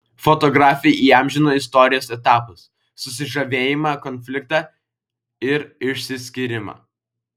fotografė įamžino istorijos etapus susižavėjimą konfliktą ir išsiskyrimą